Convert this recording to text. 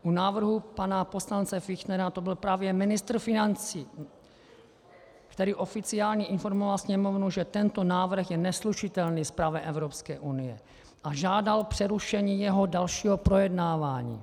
U návrhu pana poslance Fichtnera to byl právě ministr financí, který oficiálně informoval Sněmovnu, že tento návrh je neslučitelný s právem Evropské unie, a žádal přerušení jeho dalšího projednávání.